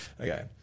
Okay